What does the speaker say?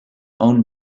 owned